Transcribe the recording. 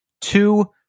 Two